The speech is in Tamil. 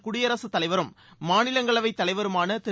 குடியரசுத் தலைவரும் மாநிலங்களவைத் தலைவருமான திரு